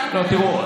תראו,